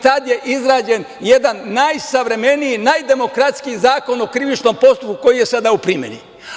Tad je izrađen jedan najsavremeniji, najdemokratskiji Zakon o krivičnom postupku koji je sada u primeni.